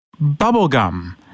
bubblegum